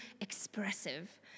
expressive